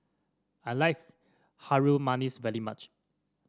I like Harum Manis very much